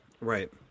Right